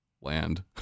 land